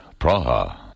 Praha